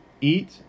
eat